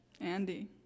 Andy